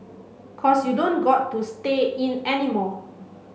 cause you don't got to stay in anymore